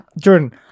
Jordan